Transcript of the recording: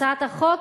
הצעת החוק